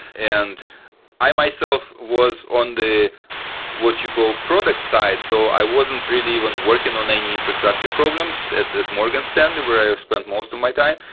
and i myself was on what you call product side. so i wasn't really even working on the infrastructure problems at morgan stanley where i've spent most of my time.